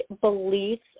beliefs